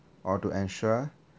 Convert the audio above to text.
or to ensure